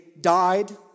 died